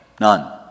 None